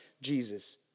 Jesus